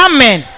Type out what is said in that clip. Amen